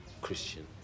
Christian